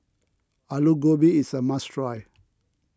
Alu Gobi is a must try